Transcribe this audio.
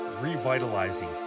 revitalizing